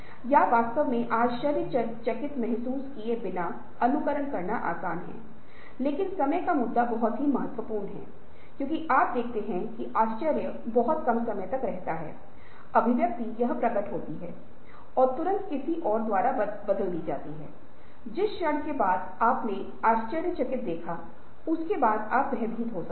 और परिवर्तन माहौल वहाँ हैं जिनके पास स्थितिगत शक्ति के बजाय व्यक्तिगत शक्ति है और उस व्यक्तिगत शक्ति के द्वारा वे परिवर्तन के लिए दूसरों पर प्रभाव डाल सकते हैं